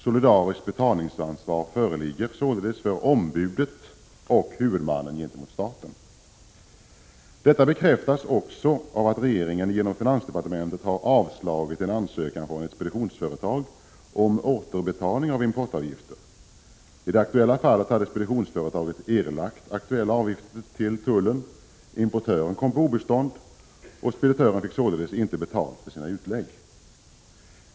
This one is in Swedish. Solidariskt betalningsansvar föreligger för ombudet och huvudmannen gentemot staten. Detta bekräftas också av att regeringen genom finansdepartementet har avslagit en ansökan från ett speditionsföretag om återbetalning av importavgifter. I det aktuella fallet hade speditionsföretaget erlagt aktuella avgifter till tullen. Importören kom på obestånd. Speditören fick således inte betalt för sina utlägg.